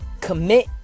Commit